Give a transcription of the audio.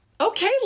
Okay